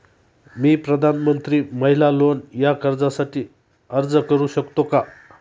मी प्रधानमंत्री महिला लोन या कर्जासाठी अर्ज करू शकतो का?